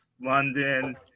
London